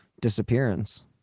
disappearance